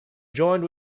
joined